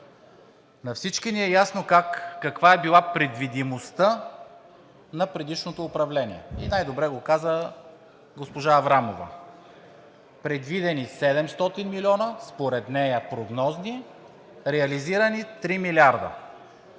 На всички ни е ясно каква е била предвидимостта на предишното управление, и най-добре го каза госпожа Аврамова. Предвидени 700 милиона, според нея прогнозни, реализирани 3 милиарда.